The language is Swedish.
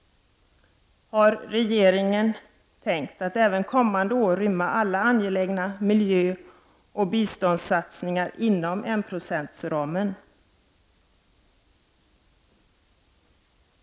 Har regeringen tänkt att även kommande år rymma alla angelägna miljöoch biståndssatsningar inom enprocentsramen?